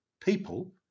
people